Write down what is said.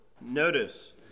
notice